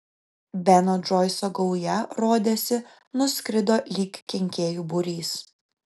beno džoiso gauja rodėsi nuskrido lyg kenkėjų būrys